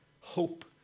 hope